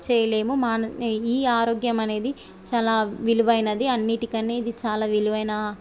చేయలేము మాన ఈ ఆరోగ్యం అనేది చాలా విలువైనది అన్నిటికనే ఇది చాలా విలువైన